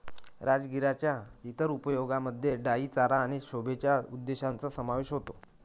राजगिराच्या इतर उपयोगांमध्ये डाई चारा आणि शोभेच्या उद्देशांचा समावेश होतो